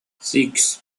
six